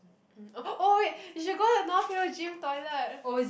mm oh wait you should go to North Hill gym toilet